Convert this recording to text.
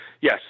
yes